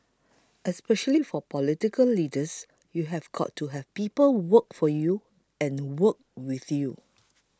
especially for political leaders you've got to have people work for you and work with you